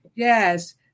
Yes